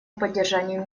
поддержанию